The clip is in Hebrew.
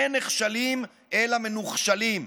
אין נחשלים אלא מנוחשלים.